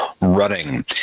running